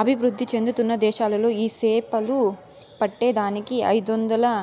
అభివృద్ధి చెందుతున్న దేశాలలో ఈ సేపలు పట్టే దానికి ఐదొందలు